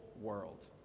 world